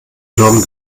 glauben